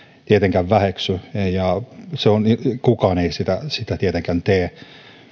tietenkään väheksy kukaan ei sitä sitä tietenkään tee